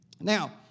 Now